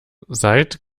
seid